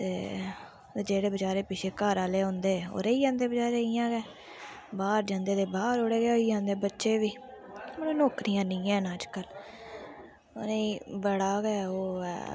ते जेह्ड़े बचारे पिच्छै घर आह्ले होंदे ओह् रेही जंदे बचारे इ'यां गै बाह्र जंदे ते बाह्र उड़े गै होई जंदे बच्चे बी मढ़ो नौकरियां नेईं हैन अज्जकल उनेंई बड़ा गै ओह ऐ